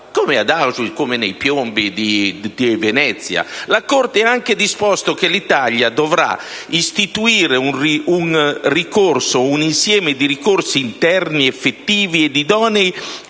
come ad Auschwitz, come nei Piombi di Venezia. La Corte ha anche disposto che l'Italia dovrà «istituire un ricorso o un insieme di ricorsi interni effettivi ed idonei